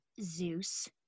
Zeus